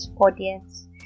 audience